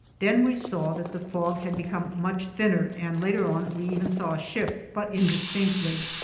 then we saw that the fog had become much thinner, and later on we even saw a ship, but indistinctly.